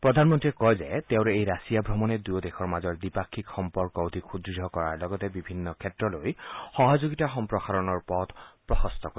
প্ৰধানমন্ত্ৰীয়ে কয় যে তেওঁৰ এই ৰাছিয়া ভ্ৰমণে দুয়ো দেশৰ মাজৰ দ্বিপাক্ষিক সম্পৰ্ক অধিক সুদৃঢ় কৰাৰ লগতে বিভিন্ন ক্ষেত্ৰলৈ সহযোগিতা সম্প্ৰসাৰণৰ পথ প্ৰশস্ত কৰিব